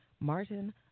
Martin